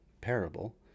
parable